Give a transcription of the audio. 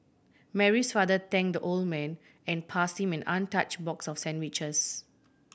Mary's father thanked the old man and passed him and untouched box of sandwiches